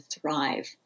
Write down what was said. thrive